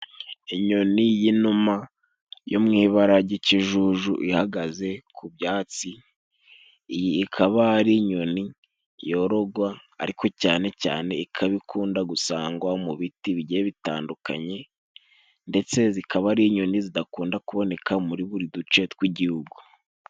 inyoni y'inuma yo mu ibara ry'ikijuju ihagaze ku byatsi. Ikaba ari inyoni yororwa ariko cyane cyane ikaba ikunda gusangwa mu biti bigiye bitandukanye. Ndetse ikaba ari inyoni idakunda kuboneka muri buri duce tw'Igihugu.